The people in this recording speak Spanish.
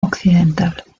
occidental